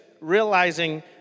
realizing